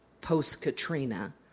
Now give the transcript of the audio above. post-Katrina